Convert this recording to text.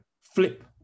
flip